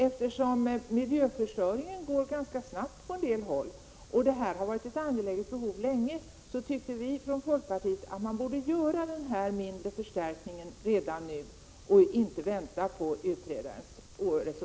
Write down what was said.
Eftersom miljöförstöringen går ganska snabbt på en del håll och eftersom detta har varit ett angeläget behov länge tyckte vi från folkpartiet att man borde göra denna mindre förstärkning redan nu.